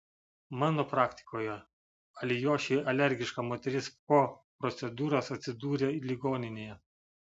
mano praktikoje alijošiui alergiška moteris po procedūros atsidūrė ligoninėje